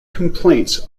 complaints